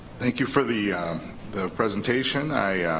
thank you for the the presentation. i